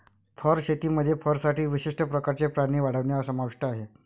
fur शेतीमध्ये फरसाठी विशिष्ट प्रकारचे प्राणी वाढवणे समाविष्ट आहे